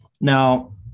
Now